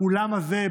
באולם הזה,